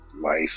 life